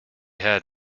had